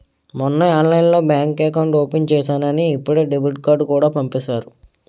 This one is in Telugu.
మొన్నే ఆన్లైన్లోనే బాంక్ ఎకౌట్ ఓపెన్ చేసేసానని ఇప్పుడే డెబిట్ కార్డుకూడా పంపేసారు